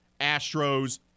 Astros